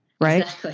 right